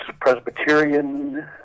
Presbyterian